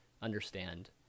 Understand